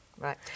Right